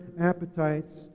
appetites